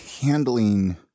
handling